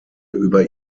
über